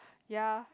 ya